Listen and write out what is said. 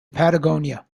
patagonia